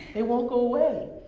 they won't go away.